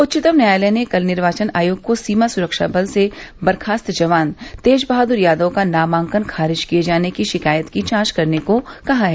उच्चतम न्यायालय ने कल निर्वाचन आयोग को सीमा सुरक्षा बल से बर्खास्त जवान तेज बहादुर यादव का नामांकन खारिज किये जाने की शिकायत की जांच करने को कहा है